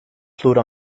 flute